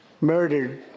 murdered